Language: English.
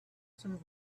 some